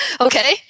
Okay